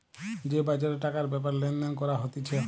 যে বাজারে টাকার ব্যাপারে লেনদেন করা হতিছে